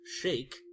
Shake